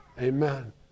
Amen